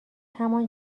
همان